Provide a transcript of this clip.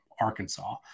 Arkansas